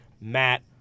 Matt